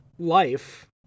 life